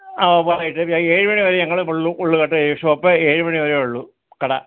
ആ വൈകിട്ട് ഏഴു മണി വരെ ഞങ്ങൾ ഉള്ളൂ ഉള്ളൂ കേട്ടോ ഈ ഷോപ്പ് ഏഴു മണിവരെ ഉള്ളൂ കട